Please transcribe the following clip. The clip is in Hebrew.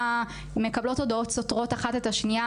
הן מקבלות הודעות סותרות אחת את השנייה,